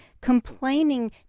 complaining